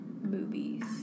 movies